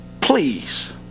please